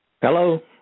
Hello